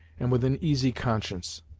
and with an easy conscience.